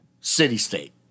city-state